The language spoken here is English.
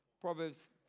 Proverbs